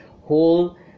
whole